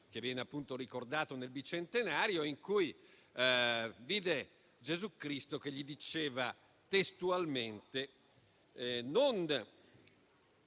che viene ricordato nel bicentenario, in cui vide Gesù Cristo che gli diceva testualmente